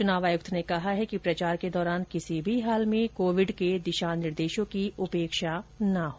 चुनाव ऑयुक्त ने कहा है कि प्रचार के दौरान किसी भी हाल में कोविड के दिशा निर्देशों की उपेक्षा ना हो